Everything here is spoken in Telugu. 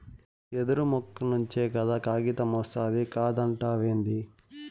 యెదురు మొక్క నుంచే కదా కాగితమొస్తాది కాదంటావేంది